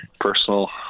personal